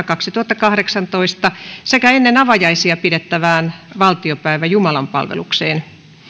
kaksituhattakahdeksantoista sekä ennen avajaisia pidettävään valtiopäiväjumalanpalvelukseen